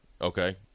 okay